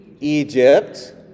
Egypt